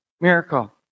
miracle